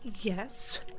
Yes